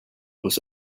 was